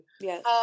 Yes